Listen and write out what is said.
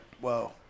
whoa